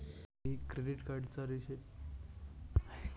मी credit कार्डचा PIN विसरलो आहे तर कसे रीसेट करायचे?